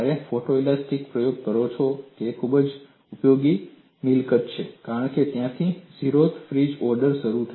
અને જ્યારે તમે ફોટોલિસ્ટીસીટી દ્વારા પ્રયોગ કરો છો ત્યારે તે ખૂબ ઉપયોગી મિલકત છે કારણ કે આપણે ત્યાંથી ઝીરોથ ફ્રિન્જ ઓર્ડર શરૂ કરીશું